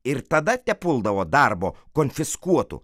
ir tada tepuldavo darbo konfiskuotų